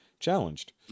challenged